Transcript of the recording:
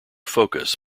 focus